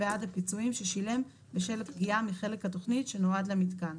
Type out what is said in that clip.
בעד הפיצויים ששילם בשל הפגיעה מחלק התוכנית שנועד למיתקן,